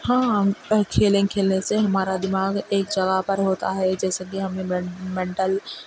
ہاں کھیلیں کھیلنے سے ہمارا دماغ ایک جگہ پر ہوتا ہے جیسا کہ ہمیں مینٹل